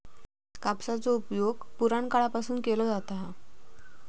कापसाचो उपयोग पुराणकाळापासून केलो जाता हा